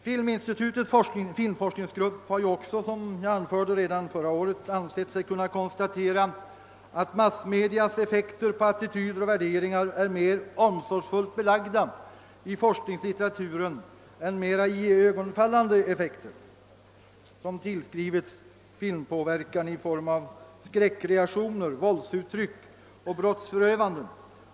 Filminstitutets = filmforskningsgrupp har också, som jag anförde redan förra året, ansett sig kunna konstatera att massmedias effekter på attityder och värderingar är mer omsorgsfullt belagda i forskningslitteraturen än mer iögonenfallande effekter, som tillskrivits filmpåverkan i form av skräckreaktioner, våldsuttryck och brottsförövanden.